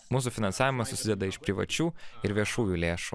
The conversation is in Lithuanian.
mūsų finansavimas susideda iš privačių ir viešųjų lėšų